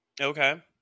Okay